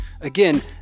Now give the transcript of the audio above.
again